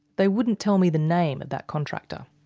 they wouldn't tell me the name of that contractor.